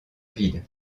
ville